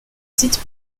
sites